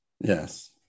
yes